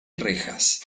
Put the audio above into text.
rejas